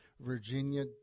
Virginia